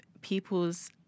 people's